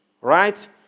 right